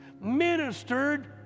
ministered